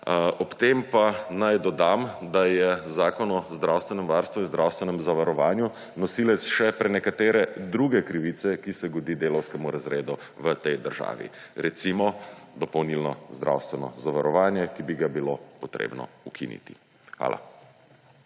Ob tem pa naj dodam, da je Zakon o zdravstvenem varstvu in zdravstvenem zavarovanju nosilec še prenekatere druge krivce, ki se godi delavskemu razredu v tej državi, recimo, dopolnilno zdravstveno zavarovanje, ki bi ga bilo potrebno ukiniti. Hvala.